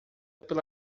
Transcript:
pela